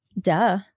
Duh